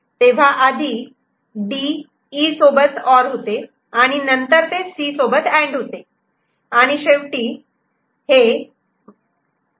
तेव्हा आधी D E सोबत ऑर होते आणि नंतर ते C सोबत अँड होते